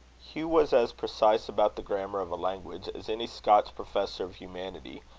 hugh was as precise about the grammar of a language as any scotch professor of humanity,